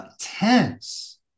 tense